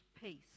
peace